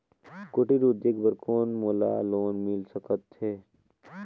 कुटीर उद्योग बर कौन मोला लोन मिल सकत हे?